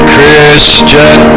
Christian